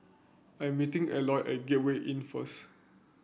I'm meeting Eloy at Gateway Inn first